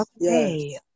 Okay